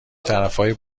طرفای